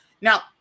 Now